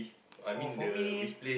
oh for me